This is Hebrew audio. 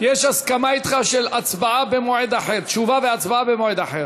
יש הסכמה אתך של תשובה והצבעה במועד אחר.